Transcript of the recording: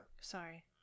Sorry